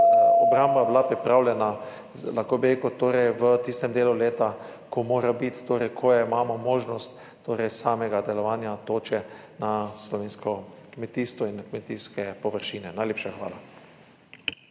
obramba pripravljena v tistem delu leta, ko mora biti, torej ko imamo možnost samega delovanja toče na slovensko kmetijstvo in na kmetijske površine. Najlepša hvala.